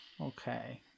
okay